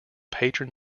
patron